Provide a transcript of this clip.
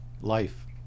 life